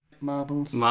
Marbles